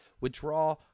withdraw